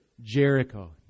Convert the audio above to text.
Jericho